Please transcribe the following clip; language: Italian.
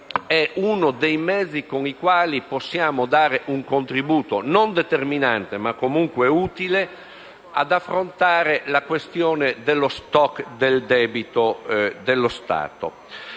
è uno dei mezzi con cui possiamo dare un contributo, non determinante ma comunque utile ad affrontare la questione dello *stock* del debito dello Stato